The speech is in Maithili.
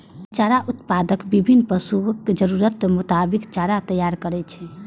चारा उत्पादक विभिन्न पशुक जरूरतक मोताबिक चारा तैयार करै छै